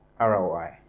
ROI